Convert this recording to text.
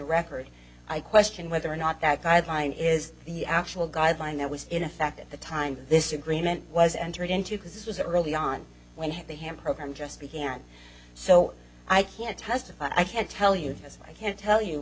record i question whether or not that guideline is the actual guideline that was in effect at the time this agreement was entered into because it was early on when they have a program just began so i can't testify i can't tell you because i can't tell you